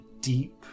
deep